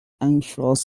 anxious